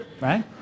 right